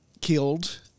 killed